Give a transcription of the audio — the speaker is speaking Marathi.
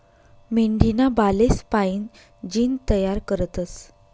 मेंढीना बालेस्पाईन जीन तयार करतस